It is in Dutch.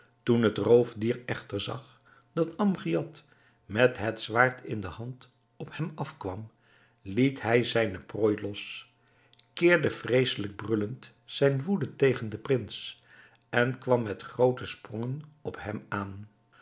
toen het roofdier echter zag dat amgiad met het zwaard in de hand op hem afkwam liet hij zijne prooi los keerde vreesselijk brullend zijne woede tegen den prins en kwam met groote sprongen op hem aan